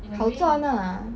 好赚 lah